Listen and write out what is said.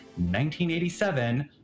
1987